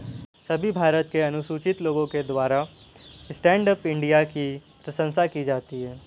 सभी भारत के अनुसूचित लोगों के द्वारा स्टैण्ड अप इंडिया की प्रशंसा की जाती है